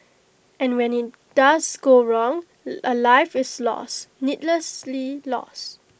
and when IT does go wrong A life is lost needlessly lost